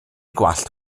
gwallt